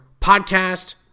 podcast